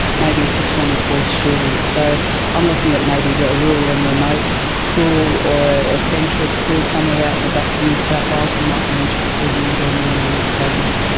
maybe to twenty four students, so i'm looking at maybe a rural and remote school or ah a central school, somewhere out in the back of new south wales who might be interested in joining in on this program.